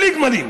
בלי גמלים.